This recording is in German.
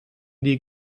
die